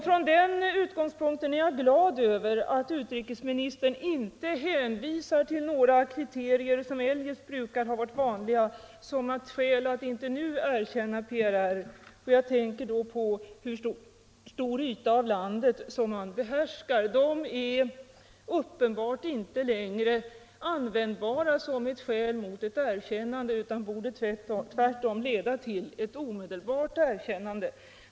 Från denna utgångspunkt är jag glad över att utrikesministern inte hänvisar till några kriterier, som eljest brukar vara det vanliga, som ett skäl att inte nu erkänna PRR - jag tänker på kriteriet att man skall behärska en viss yta av landet. Ett sådant kriterium är uppenbarligen inte längre användbart som ett skäl mot att erkänna PRR, utan det kriteriet borde nu tvärtom leda till ett omedelbart erkännande.